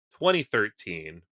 2013